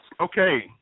Okay